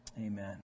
Amen